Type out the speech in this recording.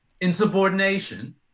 Insubordination